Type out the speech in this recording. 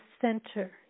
center